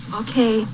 okay